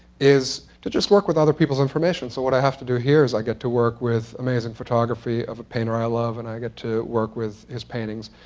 is to just work with other people's information. so, what i have to do here is i get to work with amazing photography of a painter i love, and i get to work with his paintings.